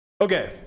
Okay